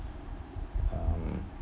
um